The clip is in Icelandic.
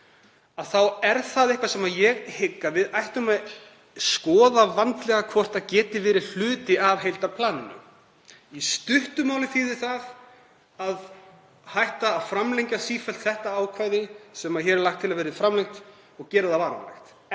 þá er það eitthvað sem ég hygg að við ættum að skoða vandlega hvort geti verið hluti af heildarplaninu. Í stuttu máli þýðir það að hætta að framlengja sífellt þetta ákvæði sem hér er lagt til að verði framlengt og gera það varanlegt.